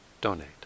donate